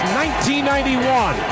1991